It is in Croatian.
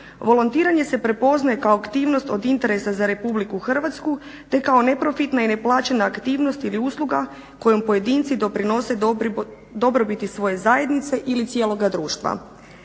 Volontiranje se prepoznaje kao aktivnost od interesa za RH te kao neprofitna i neplaćena aktivnost ili usluga kojom pojedinci doprinose dobrobiti svoje zajednice ili cijeloga društva.